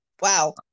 Wow